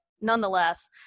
nonetheless